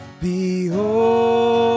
Behold